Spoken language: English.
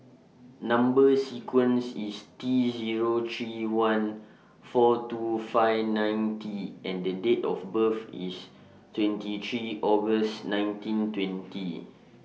Number sequence IS T Zero three one four two five nine T and The Date of birth IS twenty three August nineteen twenty